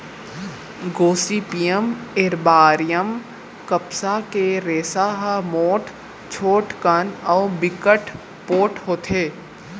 Gossypium arboreum कपसा के रेसा ह मोठ, छोटकन अउ बिकट पोठ होथे